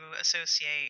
associate